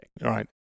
Right